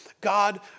God